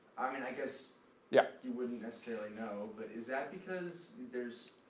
i mean, i guess yeah. you wouldn't necessarily know but is that because there's